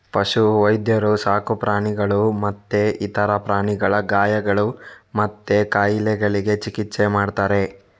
ಪಶು ವೈದ್ಯರು ಸಾಕು ಪ್ರಾಣಿಗಳು ಮತ್ತೆ ಇತರ ಪ್ರಾಣಿಗಳ ಗಾಯಗಳು ಮತ್ತೆ ಕಾಯಿಲೆಗಳಿಗೆ ಚಿಕಿತ್ಸೆ ಮಾಡ್ತಾರೆ